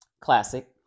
classic